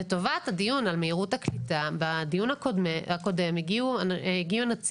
לטובת הדיון על מהירות הקליטה בדיון הקודם הגיע נציג